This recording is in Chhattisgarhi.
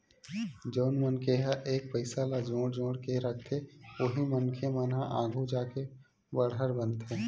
जउन मनखे ह एक एक पइसा ल जोड़ जोड़ के रखथे उही मनखे मन ह आघु जाके बड़हर बनथे